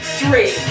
three